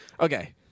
Okay